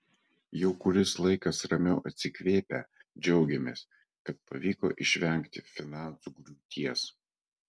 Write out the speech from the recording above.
jau kuris laikas ramiau atsikvėpę džiaugiamės kad pavyko išvengti finansų griūties